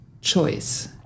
choice